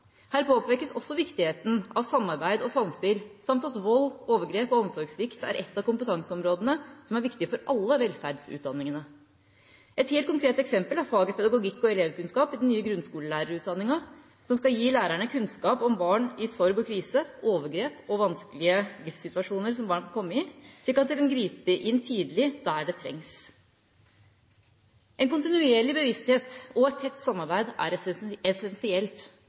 Her påpekes også viktigheten av samarbeid og samspill, samt at vold, overgrep og omsorgssvikt er et av kompetanseområdene som er viktig for alle velferdsutdanningene. Et helt konkret eksempel er faget pedagogikk og elevkunnskap i den nye grunnskolelærerutdanningen, som skal gi lærerne kunnskap om barn i sorg og krise, overgrep og vanskelige livssituasjoner som barn kan komme i, slik at de kan gripe inn tidlig der det trengs. En kontinuerlig bevissthet og et tett samarbeid er essensielt,